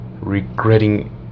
regretting